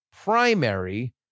primary